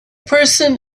person